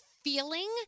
feeling